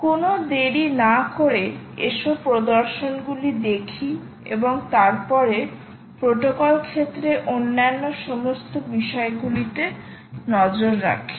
কোনও দেরি না করে এস প্রদর্শনগুলি দেখি এবং তারপরে প্রোটোকল ক্ষেত্রে অন্যান্য সমস্ত বিষয়গুলিতে নজর রাখি